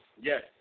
Yes